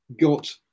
got